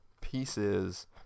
pieces